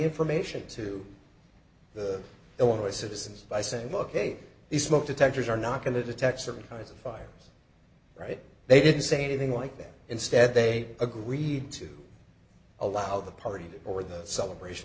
information to the illinois citizens by saying ok the smoke detectors are not going to detect certain kinds of fires right they didn't say anything like that instead they agreed to allow the party or the celebration